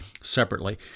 separately